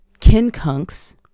kinkunks